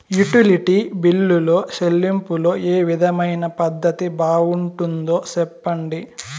Utility బిల్లులో చెల్లింపులో ఏ విధమైన పద్దతి బాగుంటుందో సెప్పండి?